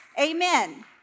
Amen